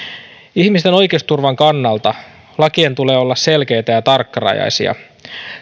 ihmisten oikeusturvan kannalta lakien tulee olla selkeitä ja tarkkarajaisia